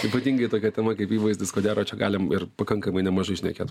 ypatingai tokia tema kaip įvaizdis ko gero čia galim ir pakankamai nemažai šnekėt